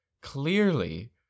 clearly